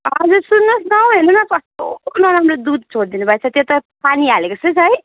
हजुर सुन्नुहोस् न हौ हेर्नु न कस्तो नराम्रो दुध छोडिदिनु भएछ त्यो त पानी हालेको जस्तै छ है